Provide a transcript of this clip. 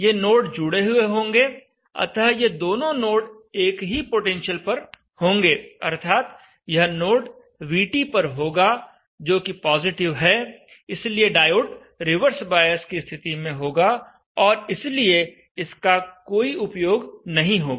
ये नोड जुड़े हुए होंगे अतः ये दोनों नोड एक ही पोटेंशियल पर होंगे अर्थात यह नोड VT पर होगा जो कि पॉजिटिव है इसलिए डायोड रिवर्स बॉयस की स्थिति में होगा और इसलिए इसका कोई उपयोग नहीं होगा